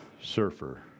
surfer